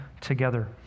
together